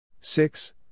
Six